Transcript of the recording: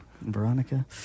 Veronica